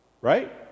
Right